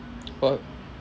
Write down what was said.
well